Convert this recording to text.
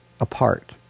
apart